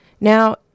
Now